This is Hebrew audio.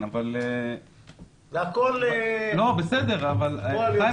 זה הכול פועל יוצא.